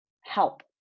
help